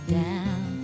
down